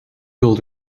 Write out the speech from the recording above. build